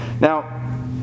Now